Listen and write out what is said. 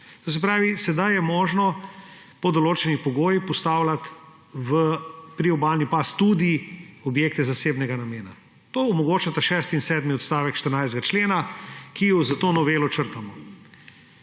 Se pravi, sedaj je možno pod določenimi pogoji postavljati v priobalni pas tudi objekte zasebnega namena. To omogočata šesti in sedmi odstavek 14. člena, ki ju s to novelo črtamo.